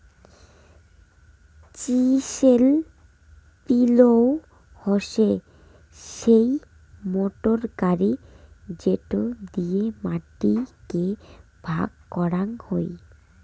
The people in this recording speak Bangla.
চিসেল পিলও হসে সেই মোটর গাড়ি যেটো দিয়ে মাটি কে ভাগ করাং হই